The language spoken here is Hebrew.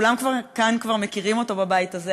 כולם כאן כבר מכירים אותו בבית הזה,